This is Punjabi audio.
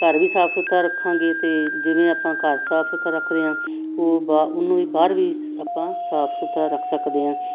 ਘਰ ਵੀ ਸਾਫ ਸੁਥਰਾ ਰੱਖਾਂਗੇ ਅਤੇ ਜਿਵੇਂ ਆਪਾਂ ਘਰ ਸਾਫ ਸੁਥਰਾ ਰੱਖਦੇ ਹਾਂ ਉਹ ਬਾ ਉਹਨੂੰ ਵੀ ਬਾਹਰ ਵੀ ਆਪਾਂ ਸਾਫ ਸੁਥਰਾ ਰੱਖ ਸਕਦੇ ਹਾਂ